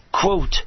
quote